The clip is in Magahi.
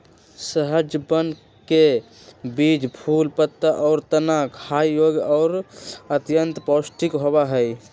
सहजनवन के बीज, फूल, पत्ता, और तना खाय योग्य और अत्यंत पौष्टिक होबा हई